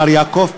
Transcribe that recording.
מר יעקב פרי,